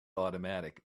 automatic